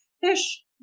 Fish